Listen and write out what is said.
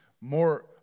more